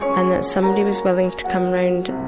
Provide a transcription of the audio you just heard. and that somebody was willing to come round and